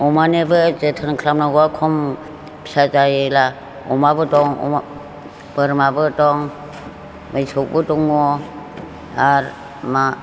अमानोबो जोथोन खालाम नांगौआ खम फिसा जायोब्ला अमाबो दं अमा बोरमाबो दं मोसौबो दङ आरो